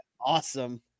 awesome